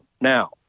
now